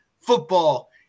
Football